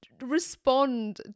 respond